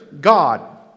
God